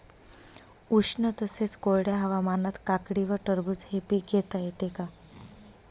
उष्ण तसेच कोरड्या हवामानात काकडी व टरबूज हे पीक घेता येते का?